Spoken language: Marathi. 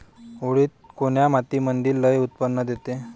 उडीद कोन्या मातीमंदी लई उत्पन्न देते?